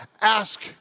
ask